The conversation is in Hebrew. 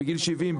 בגיל 70,